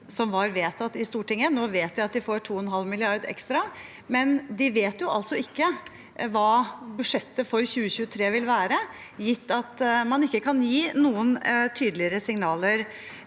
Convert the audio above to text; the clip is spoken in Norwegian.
som var vedtatt i Stortinget. Nå vet de at de får 2,5 mrd. kr ekstra, men de vet ikke hva budsjettet for 2023 vil være, gitt at man ikke kan gi noen tydeligere signaler